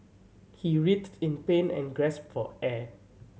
he writhed in pain and gasped for air